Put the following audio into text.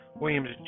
William's